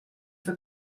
for